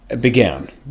began